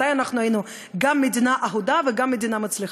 מתי היינו גם מדינה אהודה וגם מדינה מצליחה?